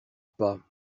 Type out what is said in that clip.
pas